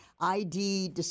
ID